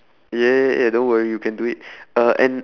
ya ya ya don't worry you can do it uh and